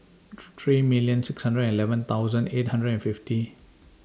three three million six hundred and eleven thousand eight hundred and fifty